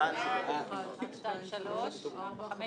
הצבעה בעד הרביזיה על סעיף 32 6 נגד,